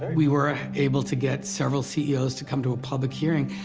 we were able to get several c e os. to come to a public hearing.